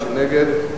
ומי שנגד,